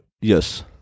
Yes